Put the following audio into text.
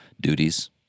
duties